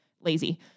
lazy